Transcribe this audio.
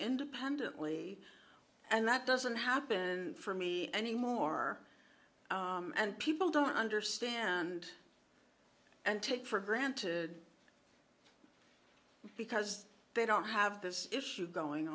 independently and that doesn't happen for me anymore and people don't understand and take for granted because they don't have this issue going